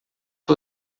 que